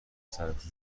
سرکوچه